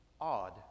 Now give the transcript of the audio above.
odd